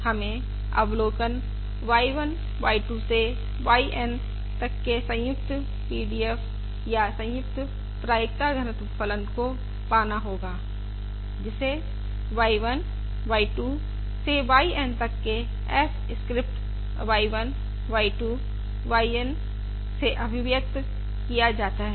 हमें अवलोकन y 1 y 2 से yN तक के संयुक्त PDF या संयुक्त प्रायिकता घनत्व फलन को पाना होगा जिसे y 1 y 2 से yN तक के f script y 1 y 2 yN से अभिव्यक्त किया जाता है